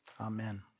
Amen